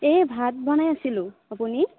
এই ভাত বনাই আছিলোঁ আপুনি